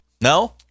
No